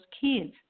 kids